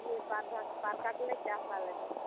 ᱤᱭᱟᱹ ᱵᱟᱨ ᱵᱟᱨ ᱫᱷᱟᱣᱜᱮᱞᱟ ᱪᱟᱥᱟ ᱟᱞᱮ ᱫᱚ